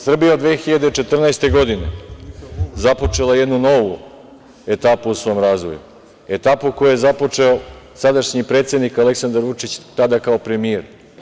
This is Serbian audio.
Srbija je od 2014. godine započela jednu novu etapu u svom razvoju, etapu koju je započeo sadašnji predsednik Aleksandar Vučić, tada kao premijer.